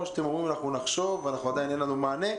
או שאתם אומרים אנחנו נחשוב ועדיין אין לנו מענה?